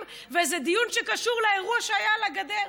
וזה דיון שקשור לאירוע שהיה על הגדר.